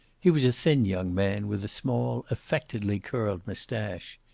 he was a thin young man, with a small, affectedly curled mustache.